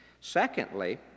secondly